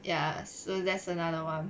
ya so that's another one